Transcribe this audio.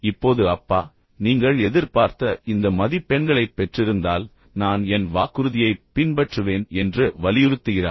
இப்போது அப்பா நீங்கள் எதிர்பார்த்த இந்த மதிப்பெண்களைப் பெற்றிருந்தால் நான் என் வாக்குறுதியைப் பின்பற்றுவேன் என்று வலியுறுத்துகிறார்